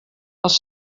als